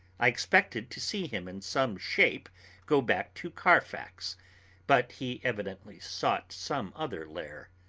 i expected to see him in some shape go back to carfax but he evidently sought some other lair.